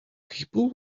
people